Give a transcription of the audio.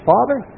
Father